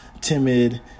timid